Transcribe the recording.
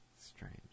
Strange